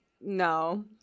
No